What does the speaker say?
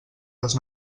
les